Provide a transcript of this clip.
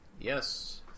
Yes